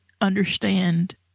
understand